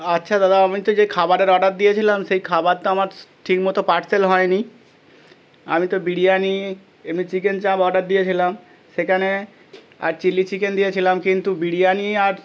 আচ্ছা দাদা আমি তো যে খাবারের অর্ডার দিয়েছিলাম সেই খাবার তো আমার ঠিকমতো পার্সেল হয় নি আমি তো বিরিয়ানি এমনি চিকেন চাপ অর্ডার দিয়েছিলাম সেখানে আর চিলি চিকেন দিয়েছিলাম কিন্তু বিরিয়ানি আর